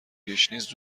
گشنیز